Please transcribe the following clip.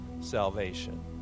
salvation